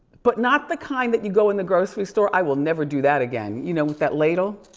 but not the kind that you go in the grocery store. i will never do that again. you know, with that ladle.